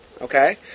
Okay